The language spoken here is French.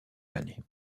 l’année